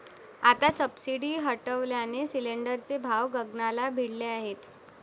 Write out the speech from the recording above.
आता सबसिडी हटवल्याने सिलिंडरचे भाव गगनाला भिडले आहेत